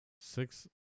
six